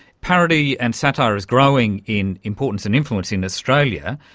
parody and satire is growing in importance and influence in australia.